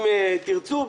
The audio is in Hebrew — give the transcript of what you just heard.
אם תרצו,